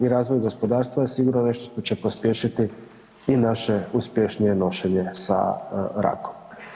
I razvoj gospodarstva je sigurno nešto što će pospješiti i naše uspješnije nošenje sa rakom.